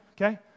Okay